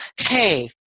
hey